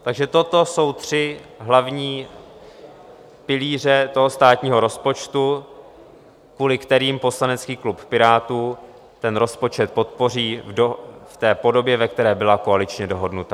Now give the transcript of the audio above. Takže toto jsou tři hlavní pilíře toho státního rozpočtu, kvůli kterým poslanecký klub Pirátů ten rozpočet podpoří v té podobě, ve které byla koaličně dohodnuta.